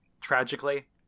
tragically